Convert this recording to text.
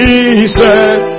Jesus